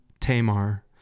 Tamar